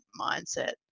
mindset